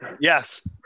Yes